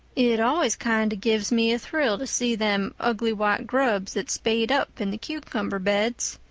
it always kind of gives me a thrill to see them ugly white grubs that spade up in the cucumber beds.